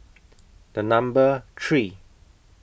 The Number three